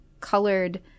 colored